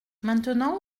maintenant